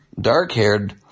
dark-haired